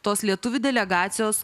tos lietuvių delegacijos